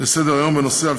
לסדר-היום בנושא: